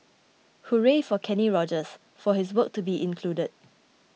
Hooray for Kenny Rogers for his work to be included